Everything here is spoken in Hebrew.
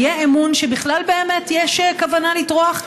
יהיה אמון שבכלל באמת יש כוונה לטרוח?